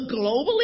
globally